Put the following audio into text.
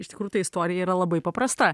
iš tikrųjų ta istorija yra labai paprasta